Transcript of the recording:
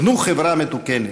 בנו חברה מתוקנת.